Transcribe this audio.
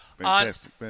Fantastic